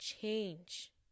change